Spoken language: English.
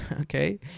okay